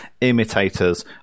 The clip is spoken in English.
imitators